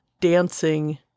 dancing